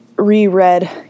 reread